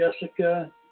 Jessica